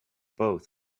both